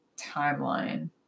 timeline